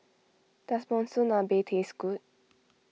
does Monsunabe taste good